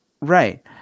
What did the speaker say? Right